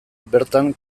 bertan